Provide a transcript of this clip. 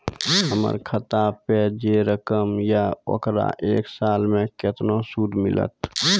हमर खाता पे जे रकम या ओकर एक साल मे केतना सूद मिलत?